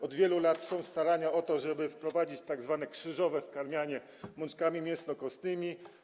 Od wielu lat są starania o to, żeby wprowadzić tzw. krzyżowe skarmianie mączkami mięsno-kostnymi.